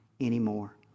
anymore